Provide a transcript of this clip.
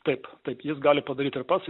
taip taip jis gali padaryti ir pats